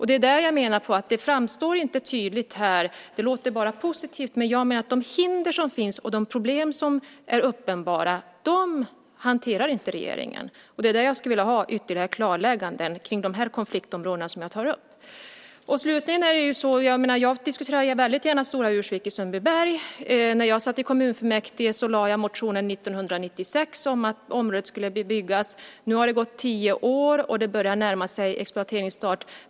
Det är det som jag menar inte framstår tydligt här. Det låter bara positivt. Jag menar att de hinder som finns och de problem som är uppenbara hanterar inte regeringen. Det är där jag skulle vilja ha ytterligare klarlägganden kring de konfliktområden som jag tar upp. Slutligen: Jag diskuterar väldigt gärna Stora Ursvik i Sundbyberg. När jag satt i kommunfullmäktige väckte jag 1996 motionen om att området skulle bebyggas. Nu har det gått tio år, och det börjar närma sig exploateringsstart.